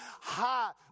hot